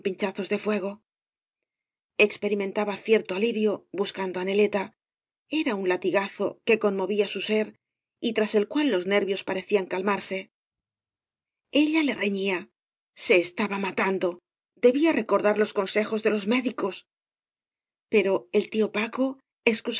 de fuego experimentaba cierto alivio buscando á neleta era un latigazo que conmovía su ser y tras el cual los nervios parecían calmarse ella le reñía se estaba matandol debía recordar los consejos de los médicos pero el tío paco